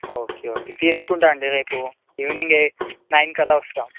okay okay తీసుకుంటాను అండి రేపు ఈవెనింగ్ నైన్ కల్లా వస్తాను